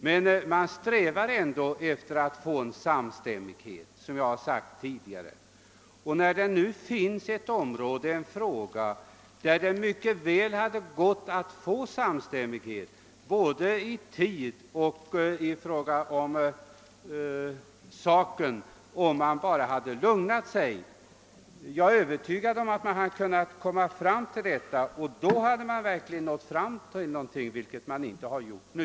Men man strävar ändå efter samstämmighet, som jag framhöll tidigare, och nu har vi här en fråga där det mycket väl hade gått att nå samstämmighet både i tid och i sak, om man bara lugnat sig. Jag är övertygad om att vi hade kunnat nå samstämmighet då och noterat ett verkligt resultat, vilket man inte har gjort nu.